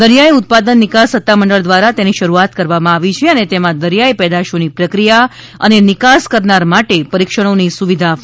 દરિયાઈ ઉત્પાદન નિકાસ સત્તામંડળ દ્વારા તેની શરૂઆત કરવામાં આવી છે અને તેમાં દરિયાઈ પેદાશોની પ્રક્રિયા અને નિકાસ કરનાર માટે પરીક્ષણોની સુવિધા આપવામાં આવી છે